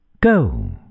go